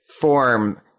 form